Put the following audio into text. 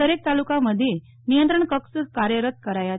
દરેક તાલુકા મધ્યે નિયંત્રણ કક્ષ કાર્યરત કરાયા છે